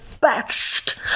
best